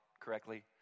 correctly